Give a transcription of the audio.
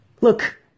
Look